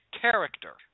character